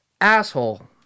asshole